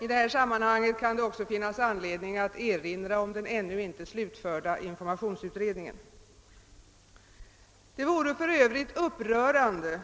I detta sammanhang kan det också finnas anledning att erinra om den ännu inte slutförda informationsutredningen. Det vore för övrigt upprörande